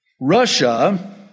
Russia